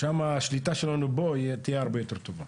שם השליטה שלנו תהיה הרבה יותר טובה.